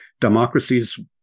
democracies